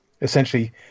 Essentially